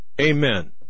Amen